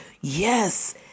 yes